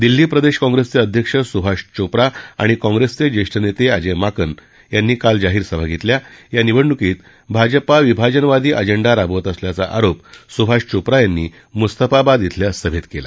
दिल्ली प्रदेश काँप्रेसचे अध्यक्ष सुभाष चोप्रा आणि काँप्रेस ज्येष्ठ नेते अजय माकन यांनी काल जाहीरसभा घेतल्या या निवडणुकीत भाजपा विभाजनवादी अजेंडा राबवत असल्याचा आरोप सुभाष चोप्रा यांनी मुस्तफाबाद धिल्या सभेत केला